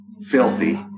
filthy